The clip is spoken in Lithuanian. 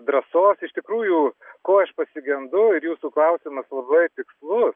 drąsos iš tikrųjų ko aš pasigendu ir jūsų klausimas labai tikslus